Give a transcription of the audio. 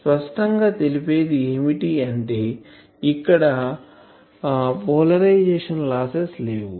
స్పష్టం గా తెలిసేది ఏమిటి అంటే ఇక్కడ పోలరైజషన్ లాసెస్ లేవు